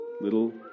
Little